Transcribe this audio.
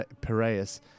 Piraeus